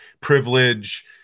privilege